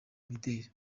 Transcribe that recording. mideli